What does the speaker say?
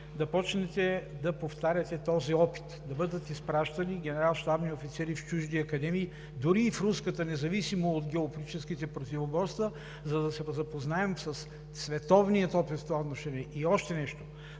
да започнете да повтаряте този опит – да бъдат изпращани генерал-щабни офицери в чужди академия, дори и в руската, независимо от геополитическите противоборства, за да се запознаем със световния опит в това отношение. И още нещо.